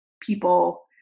people